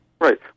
Right